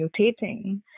mutating